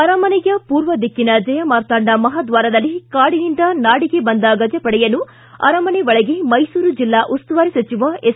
ಅರಮನೆಯ ಪೂರ್ವದಿಕ್ಕಿನ ಜಯಮಾರ್ತಾಂಡ ಮಹಾದ್ವಾರದಲ್ಲಿ ಕಾಡಿನಿಂದ ನಾಡಿಗೆ ಬಂದ ಗಜಪಡೆಯನ್ನು ಆರಮನೆ ಒಳಗೆ ಮೈಸೂರು ಜಿಲ್ಲಾ ಉಸ್ತುವಾರಿ ಸಚಿವ ಎಸ್